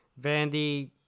Vandy